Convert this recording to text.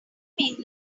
mean